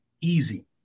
easy